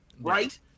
Right